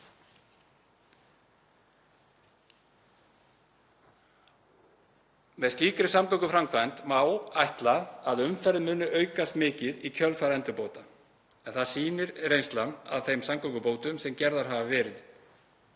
Með slíkri samgönguframkvæmd má ætla að umferð muni aukast mikið í kjölfar endurbóta, en það sýnir reynslan af þeim samgöngubótum sem gerðar hafa verið.